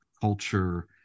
culture